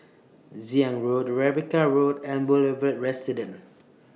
Zion Road Rebecca Road and Boulevard Residence